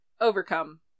Overcome